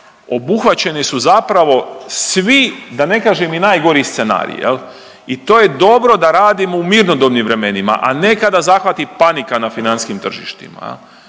obuhvaćeni su zapravo svi da ne kažem i najgori scenariji i to je dobro da radimo u mirnodobnim vremenima, a ne kada zahvati panika na financijskim tržištima